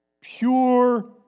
pure